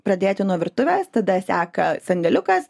pradėti nuo virtuvės tada seka sandėliukas